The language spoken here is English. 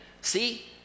See